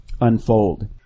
unfold